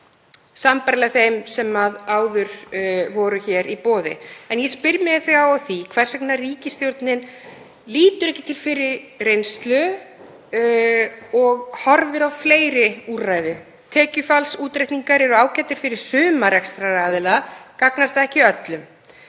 sambærilega þeim sem áður voru hér í boði. Ég spyr mig að því hvers vegna ríkisstjórnin lítur ekki til fyrri reynslu og horfir á fleiri úrræði. Tekjufallsútreikningar eru ágætir fyrir suma rekstraraðila, gagnast ekki öllum.